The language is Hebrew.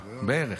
לא יודע.